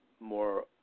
more